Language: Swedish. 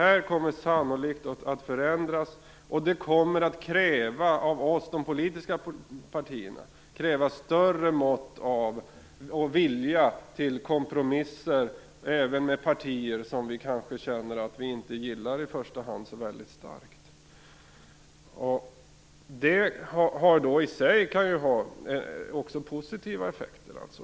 Det kommer sannolikt att förändras, och av de politiska partierna kommer det att krävas större vilja till kompromisser även med partier som vi känner att vi inte gillar så väldigt starkt.